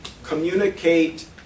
communicate